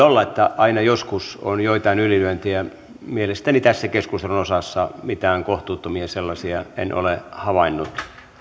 olla että aina joskus on joitain ylilyöntejä mielestäni tässä keskustelun osassa mitään kohtuuttomia sellaisia en ole havainnut